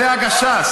זה הגשש.